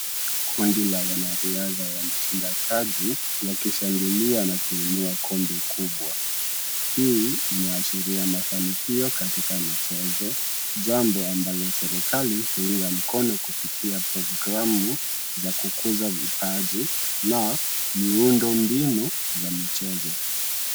Kundi la wanariadha wameshinda taji wakishangilia na kuinua kome kubwa. Hii inaashiria mafanikio katika michezo, jambo ambalo serikali huunga mkono kupitia programu za kukuza vipaji na miundo mbinu za michezo.